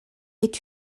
est